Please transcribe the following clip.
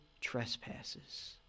trespasses